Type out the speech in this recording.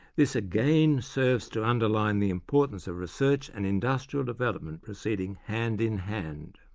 this again serves to underline the importance of research and industrial development proceeding hand in hand.